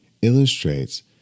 illustrates